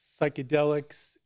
psychedelics